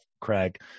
Craig